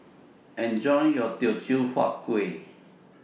Enjoy your Teochew Huat Kueh